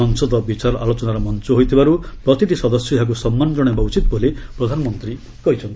ସଂସଦ ବିଚାର ଆଲୋଚନା ମଞ୍ଚ ହୋଇଥିବାରୁ ପ୍ରତିଟି ସଦସ୍ୟ ଏହାକୁ ସମ୍ମାନ ଜଣାଇବା ଉଚିତ ବୋଲି ପ୍ରଧାନମନ୍ତ୍ରୀ କହିଚ୍ଚନ୍ତି